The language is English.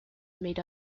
made